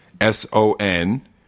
S-O-N